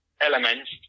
elements